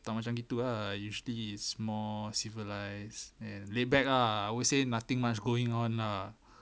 tak macam gitu ah usually it's more civilized and laid back ah I would say nothing much going on ah